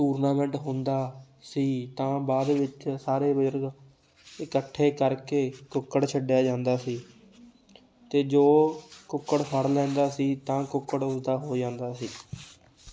tournament ਹੁੰਦਾ ਸੀ ਤਾਂ ਬਾਅਦ ਵਿੱਚ ਸਾਰੇ ਬਜ਼ੁਰਗ ਇਕੱਠੇ ਕਰਕੇ ਕੁੱਕੜ ਛੱਡਿਆ ਜਾਂਦਾ ਸੀ ਅਤੇ ਜੋ ਕੁੱਕੜ ਫੜ ਲੈਂਦਾ ਸੀ ਤਾਂ ਕੁੱਕੜ ਉਸਦਾ ਹੋ ਜਾਂਦਾ ਸੀ